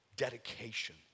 Dedication